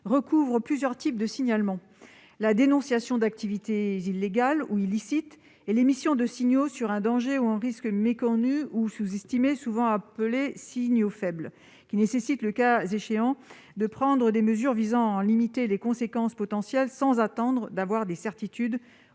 recouvre plusieurs types de signalements : la dénonciation d'activités illégales ou illicites et l'émission de signaux sur un danger ou un risque méconnu ou sous-estimé- souvent appelés « signaux faibles »-, qui nécessitent, le cas échéant, de prendre des mesures visant à en limiter les conséquences potentielles sans attendre d'avoir des certitudes,